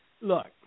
Look